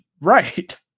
right